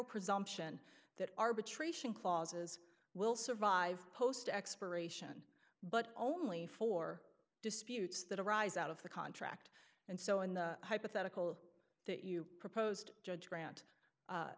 presumption that arbitration clauses will survive post expiration but only for disputes that arise out of the contract and so in the hypothetical that you proposed judge grant